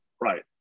right